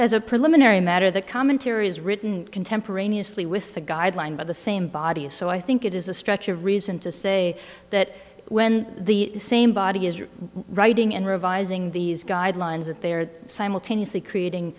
is a preliminary matter that commentary is written contemporaneously with the guideline by the same body so i think it is a stretch of reason to say that when the same body is writing and revising these guidelines that they are simultaneously creating